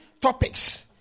topics